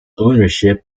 ownership